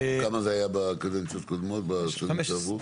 כמה זה היה בקדנציות קודמות בשנים שעברו?